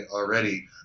already